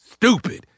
stupid